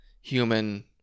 human